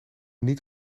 niet